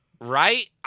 Right